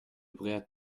bréhat